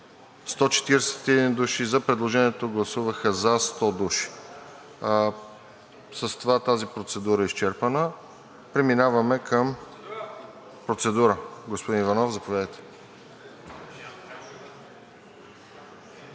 141 души, за предложението гласуваха „за“ 100 души. С това тази процедура е изчерпана. Процедура? Господин Иванов, заповядайте.